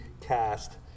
cast